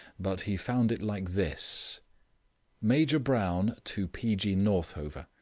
but he found it like this major brown to p. g. northover.